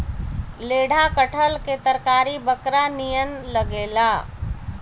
लेढ़ा कटहल के तरकारी बकरा नियन लागेला